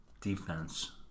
Defense